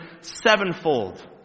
sevenfold